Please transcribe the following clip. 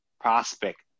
prospect